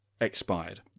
expired